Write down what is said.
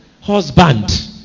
husband